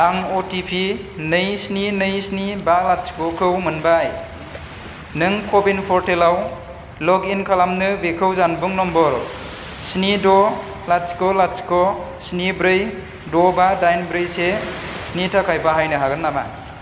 आं अटिपि नै स्नि नै स्नि बा लाथिख' खौ मोनबाय नों कविन पर्टेलाव लग इन खालामनो बेखौ जानबुं नम्बर स्नि द' लाथिख' लाथिख' स्नि ब्रै द' बा डाइन ब्रै सेनि थाखाय बाहायनो हागोन नामा